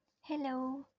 Hello